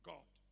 God